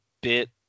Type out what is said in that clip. bit